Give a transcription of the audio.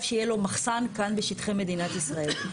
שיהיה לו מחסן כאן בשטחי מדינת ישראל.